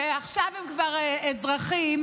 שעכשיו הם כבר אזרחים,